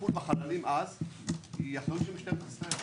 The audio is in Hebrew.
שהטיפול בחללים אז הוא אחריות של משטרת ישראל.